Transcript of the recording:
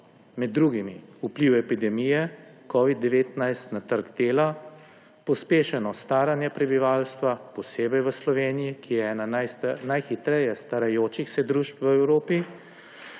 med drugimi: vpliv epidemije covida-19 na trg dela, pospešeno staranje prebivalstva, posebej v Sloveniji, ki je ena najhitreje starajočih se družb v Evropi,